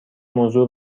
موضوع